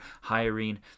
hiring